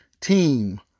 team